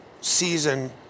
season